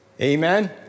Amen